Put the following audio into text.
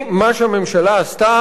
מה שהממשלה עשתה,